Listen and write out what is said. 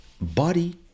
body